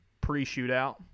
pre-shootout